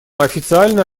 официально